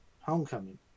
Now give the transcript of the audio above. Homecoming